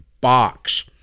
box